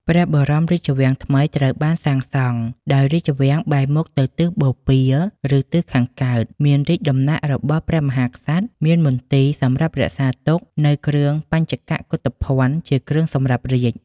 ព្រះបរមរាជវាំងថ្មីត្រូវបានសាងសង់ ដោយរាជវាំងប៊ែរមុខទៅទិសបូព៌ា (ឬ ទិសខាងកើត) មានរាជដំណាក់ របស់ព្រះមហាក្សត្រ មានមន្ទីរសម្រាប់រក្សាទុកនៅគ្រឿងបញ្ចកកុធភណ្ឌ (ជាគ្រឿងសម្រាប់រាជ)។